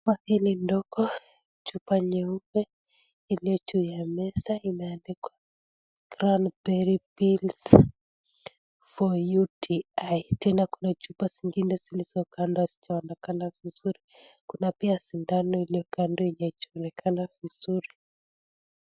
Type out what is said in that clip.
Chupa hili ndogo, chupa nyeupe iliyo juu ya meza imeandikwa: Cranberry pills for UTI . Tena kuna zingine zilizo kando hazijaonekana vizuri. Kuna pia sindano iliyo kando yenye haijaonekana vizuri.